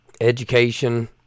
Education